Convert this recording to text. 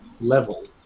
Levels